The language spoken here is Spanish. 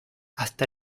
hasta